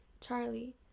charlie